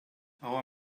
our